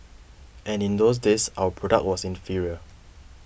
and in those days our product was inferior